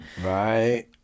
Right